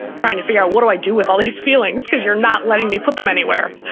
trying to figure out what do i do with all these feelings because you're not letting me put them anywhere.